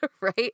right